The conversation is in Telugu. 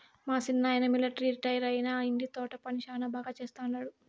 మా సిన్నాయన మిలట్రీ రిటైరైనా ఇంటి తోట పని శానా బాగా చేస్తండాడు